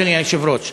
אדוני היושב-ראש.